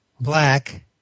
black